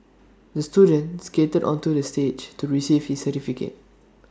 the student skated onto the stage to receive his certificate